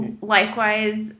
Likewise